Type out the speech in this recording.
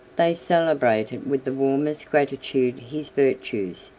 they celebrated with the warmest gratitude his virtues,